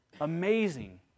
amazing